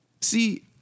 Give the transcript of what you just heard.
See